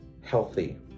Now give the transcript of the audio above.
healthy